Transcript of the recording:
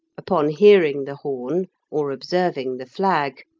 upon hearing the horn or observing the flag,